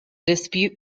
dispute